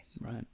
Right